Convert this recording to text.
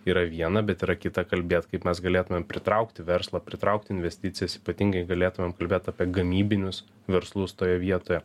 yra viena bet yra kita kalbėt kaip mes galėtumėm pritraukti verslą pritraukti investicijas ypatingai galėtumėm kalbėt apie gamybinius verslus toje vietoje